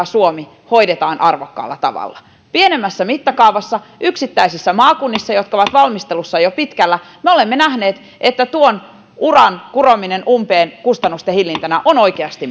suomi hoidetaan arvokkaalla tavalla pienemmässä mittakaavassa yksittäisissä maakunnissa jotka ovat valmistelussa jo pitkällä me olemme nähneet että tuon uran kurominen umpeen kustannusten hillintänä on oikeasti